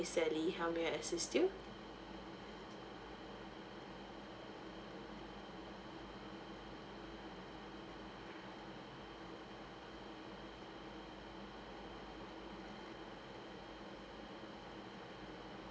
sally how may I assist you